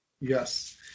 Yes